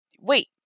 wait